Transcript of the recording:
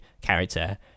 character